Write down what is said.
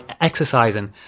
exercising